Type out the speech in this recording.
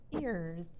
ears